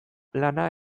lana